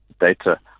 data